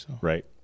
Right